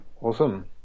Awesome